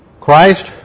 Christ